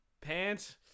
pants